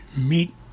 meet